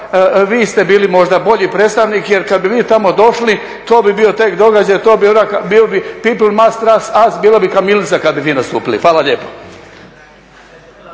vi ste bili možda bolji predstavnik jer kad bi vi tamo došli to bi bio tek događaj, bio bi "People must trust us", bila bi kamilica kad bi vi nastupili. Hvala lijepo.